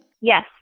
Yes